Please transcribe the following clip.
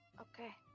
Okay